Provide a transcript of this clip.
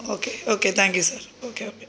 okay okay thank you sir okay okay